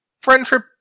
Friendship